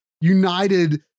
united